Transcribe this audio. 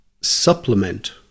supplement